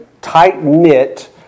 tight-knit